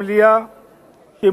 התשע"א 2010,